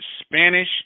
Spanish